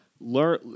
Learn